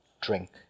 drink